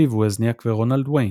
סטיב ווזניאק ורונלד ויין,